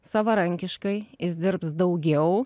savarankiškai jis dirbs daugiau